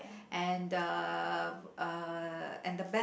and uh uh and the best